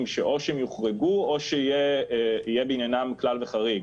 שאו שהם יוחרגו או שיהיה בעניינם כלל וחריג,